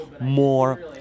more